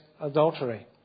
adultery